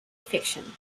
fiction